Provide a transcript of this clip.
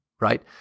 right